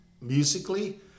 musically